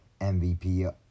MVP